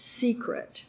secret